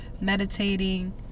meditating